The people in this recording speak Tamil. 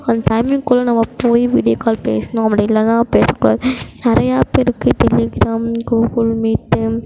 அந்த டைமிங்குள்ளே நம்ம போய் வீடியோ கால் பேசணும் அப்படி இல்லைனா பேசக்கூடாது நிறையா ஆப் இருக்குது டெலிகிராம் கூகுள் மீட்டு